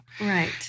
Right